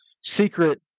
secret